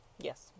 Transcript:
yes